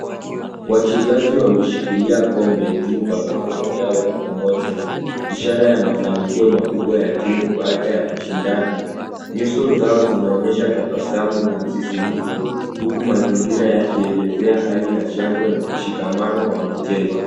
Wachezaji wameshikilia kombe juu kwa mikono yao ya pamoja ishara ya mafanikio makubwa ya timu baada ya mashindano. Nyuso zao zinaonyesha tabasamu na msisimko huku mazingira yakielezea hali ya shangwe na mshikamano wa michezo.